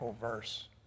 verse